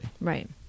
Right